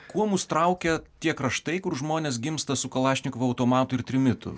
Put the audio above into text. kuo mus traukia tie kraštai kur žmonės gimsta su kalašnikovo automatu ir trimitu